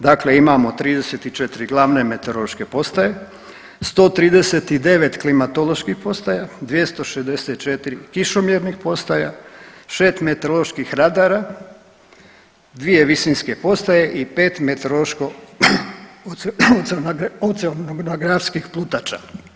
Dakle, imamo 34 glavne meteorološke postaje, 139 klimatoloških postaja, 264 kišomjernih postaja, 6 meteoroloških radara, 2 visinske postaje i 5 meteorološko oceanografskih plutača.